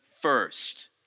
first